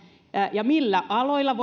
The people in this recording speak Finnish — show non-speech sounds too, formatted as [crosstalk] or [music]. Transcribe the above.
ja millä aloilla [unintelligible]